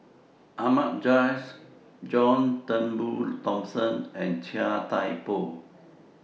Ahmad Jais John Turnbull Thomson and Chia Thye Poh